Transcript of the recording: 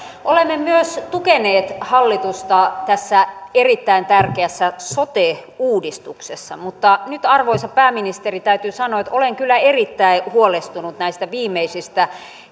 olemme myös tukeneet hallitusta tässä erittäin tärkeässä sote uudistuksessa mutta nyt arvoisa pääministeri täytyy sanoa että olen kyllä erittäin huolestunut näistä viimeisistä